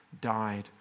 died